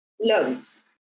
loads